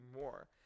more